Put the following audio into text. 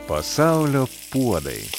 pasaulio puodai